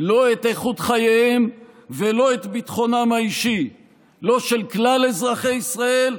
לא את איכות חייהם ולא את ביטחונם האישי של כלל אזרחי ישראל,